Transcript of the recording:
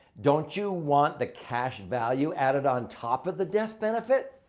don't you want the cash value added on top of the death benefit?